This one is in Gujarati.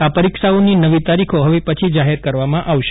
આ પરીક્ષાઓ ની નવી તારીખો ફવે પછી જાહેર કરવામાં આવશે